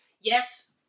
yes